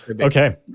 Okay